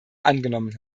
angenommen